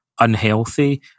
unhealthy